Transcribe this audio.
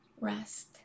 rest